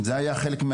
ישבנו עם